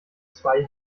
zwei